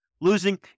losing